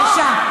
בבקשה.